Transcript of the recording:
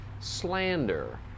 slander